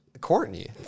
Courtney